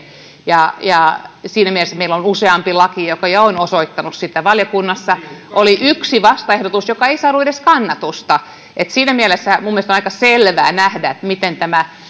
siinä mielessä meillä on useampi laki joka jo on osoittanut sen valiokunnassa oli yksi vastaehdotus joka ei saanut edes kannatusta siinä mielessä minun mielestäni on aika selvää nähdä